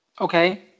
Okay